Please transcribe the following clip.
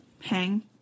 Hang